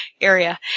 area